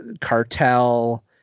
Cartel